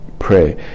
Pray